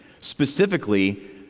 specifically